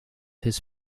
his